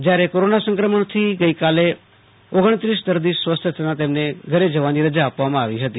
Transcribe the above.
જયારે કોરોૈના સંક્રમણથી ગઈકાલે ઓગણત્રીસ દર્દી સ્વસ્થ થતાં તેમને રજા આપવામાં આવી હતી